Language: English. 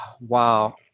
wow